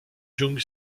jung